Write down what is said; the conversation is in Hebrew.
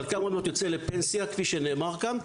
חלקם עוד מעט יוצא לפנסיה כפי שנאמר כאן.